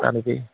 হয় নেকি